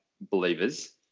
believers